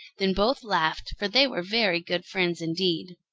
then both laughed, for they were very good friends, indeed.